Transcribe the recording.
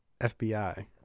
FBI